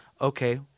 okay